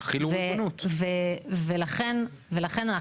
ולכן אנחנו